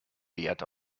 wert